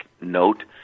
note